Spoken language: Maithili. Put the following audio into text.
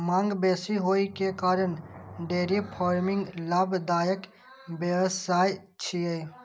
मांग बेसी होइ के कारण डेयरी फार्मिंग लाभदायक व्यवसाय छियै